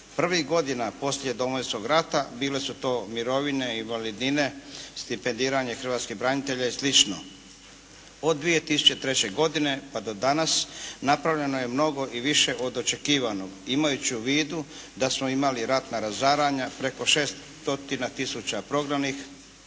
Prvih godina poslije Domovinskog rata bile su to mirovine, invalidnine, stipendiranje hrvatskih branitelja i slično. Od 2003. godine pa do danas napravljeno je mnogo i više od očekivanog, imajući u vidu da smo imali ratna razaranja, preko 6 stotina